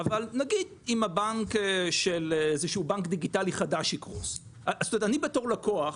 אבל נגיד שאיזשהו בנק דיגיטלי חדש יקרוס --- בתור לקוח,